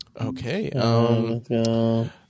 Okay